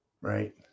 right